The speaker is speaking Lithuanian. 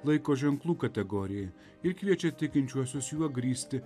laiko ženklų kategorijai ir kviečia tikinčiuosius juo grįsti